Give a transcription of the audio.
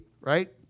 right